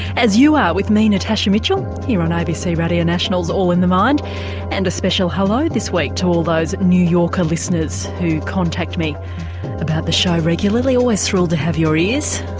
as you are with me natasha mitchell here on abc radio national's all in the mind and a special hello this week to all those new yorker listeners who contact me about the show regularly always thrilled to have your ears.